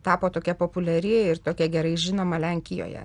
tapo tokia populiari ir tokia gerai žinoma lenkijoje